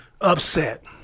upset